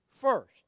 first